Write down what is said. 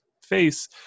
face